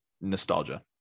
Nostalgia